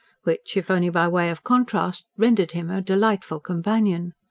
which, if only by way of contrast, rendered him a delightful companion.